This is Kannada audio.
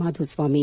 ಮಾಧುಸ್ವಾಮಿ